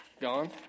gone